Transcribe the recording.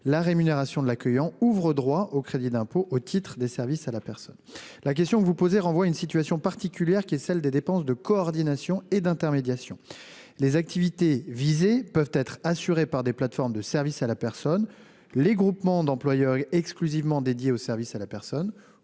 la rémunération de l'accueillant ouvre droit au Cisap. La question que vous posez renvoie à une situation particulière, qui est celle des dépenses de coordination et d'intermédiation. Les activités visées peuvent être assurées par des plateformes de services à la personne, les groupements d'employeurs exclusivement dédiés aux services à la personne